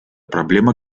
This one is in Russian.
проблема